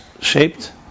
shaped